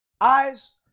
eyes